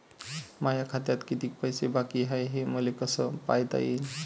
माया खात्यात कितीक पैसे बाकी हाय हे मले कस पायता येईन?